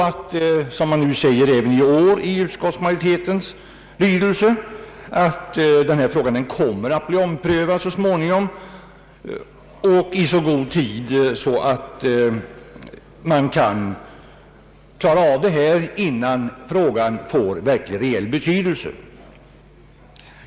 Det heter även i år i utskottsmajoritetens skrivning att denna fråga kommer att bli omprövad så småningom och i så god tid att man kan klara av det hela innan frågan får egentlig reell betydelse.